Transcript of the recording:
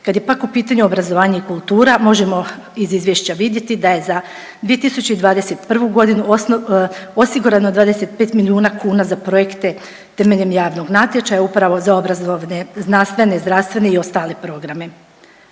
Kad je pak u pitanju obrazovanje i kultura možemo iz izvješća vidjeti da je za 2021.g. osigurano 25 milijuna kuna za projekte temeljem javnog natječaja upravo za obrazovne, znanstvene, zdravstvene i ostale programe.